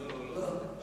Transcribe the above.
לא, לא.